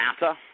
NASA